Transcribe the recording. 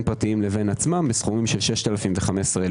פרטים לעצמם בסכומים של 6,000 ו-15,000 שקל,